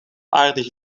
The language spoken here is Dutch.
aardige